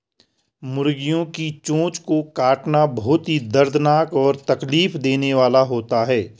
मुर्गियों की चोंच को काटना बहुत ही दर्दनाक और तकलीफ देने वाला होता है